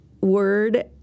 word